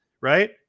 right